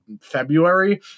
February